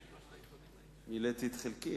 אני מילאתי את חלקי,